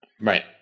Right